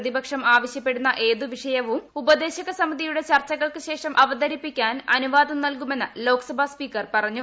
പ്രതിപക്ഷം ആവശ്യപ്പെടുന്ന ഏതു വിഷയവും ഉപദേശക സമിതിയുടെ ചർച്ചകൾക്ക് ശേഷം അവതരിപ്പിക്കാൻ അനുവാദം നല്കുമെന്ന് ലോക്സഭാ സ്പീക്കർ പറഞ്ഞു